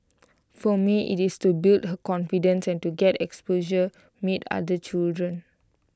for me IT is to build her confidence and to get exposure meet other children